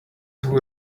who